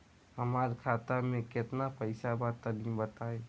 हमरा खाता मे केतना पईसा बा तनि बताईं?